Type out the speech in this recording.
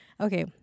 okay